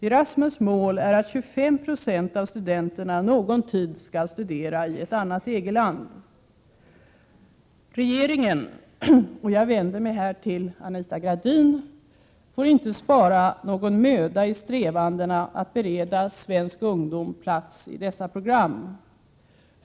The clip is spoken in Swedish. Erasmus mål är att 25 26 av studenterna någon tid skall studera i ett annat EG-land. Regeringen — och jag vänder mig här till Anita Gradin — får inte spara någon möda i strävandena att bereda svensk ungdom plats i dessa program.